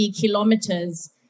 kilometers